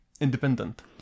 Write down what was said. independent